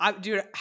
dude